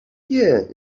yeah